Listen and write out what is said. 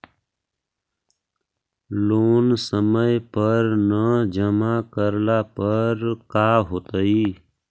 Loan समय पर न जमा करला पर का होतइ?